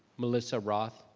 melissa roth.